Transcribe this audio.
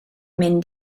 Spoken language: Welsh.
mynd